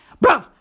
Bro